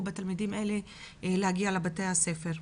ביכולת תלמידים אלו להגיע לבתי הספר.